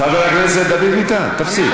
חבר הכנסת דוד ביטן, תפסיק.